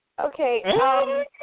Okay